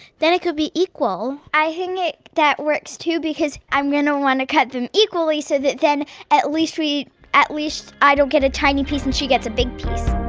then it could be equal i think that works, too, because i'm going to want to cut them equally so that then at least we at least i don't get a tiny piece and she gets a big piece